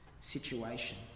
situation